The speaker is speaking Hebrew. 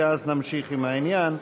ואז נמשיך עם העניין.